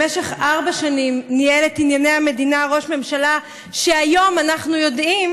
במשך ארבע שנים ניהל את ענייני המדינה ראש ממשלה שהיום אנחנו יודעים